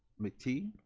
mctigue?